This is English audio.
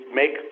make